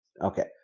Okay